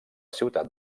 ciutat